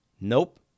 Nope